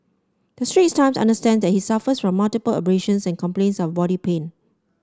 the Straits Times understands that he suffers from multiple abrasions and complains of body pain